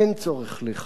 אין צורך לחסן.